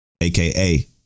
aka